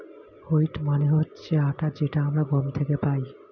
wheat মানে হচ্ছে আটা যেটা আমরা গম থেকে পাই